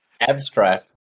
Abstract